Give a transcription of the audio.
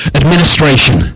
administration